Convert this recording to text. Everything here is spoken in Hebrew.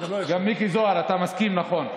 גם מיקי זוהר, אתה מסכים, נכון?